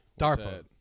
DARPA